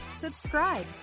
subscribe